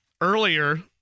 earlier